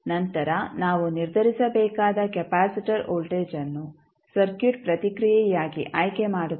ನಂತರ ನಾವು ನಿರ್ಧರಿಸಬೇಕಾದ ಕೆಪಾಸಿಟರ್ ವೋಲ್ಟೇಜ್ ಅನ್ನು ಸರ್ಕ್ಯೂಟ್ ಪ್ರತಿಕ್ರಿಯೆಯಾಗಿ ಆಯ್ಕೆ ಮಾಡುತ್ತೇವೆ